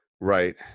Right